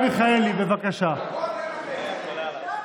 את כתבת משהו?